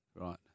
Right